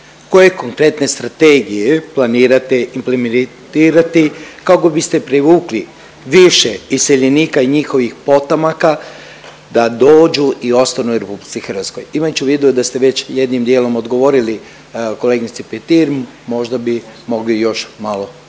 koje konkretne strategije planirate implementirati kako biste privukli više iseljenika i njihovih potomaka da dođu i ostanu u RH? Imat ću u vidu da ste već jednim dijelom odgovorili kolegici Petir, možda bi mogli još malo